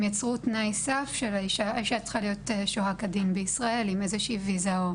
הם יצרו תנאי סף שאת צריכה להיות שוהה כדין בישראל עם איזושהי ויזה.